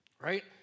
right